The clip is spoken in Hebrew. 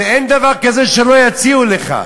אין דבר כזה שלא יציעו לך.